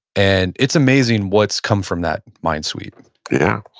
and it's amazing what's come from that mind sweep yeah.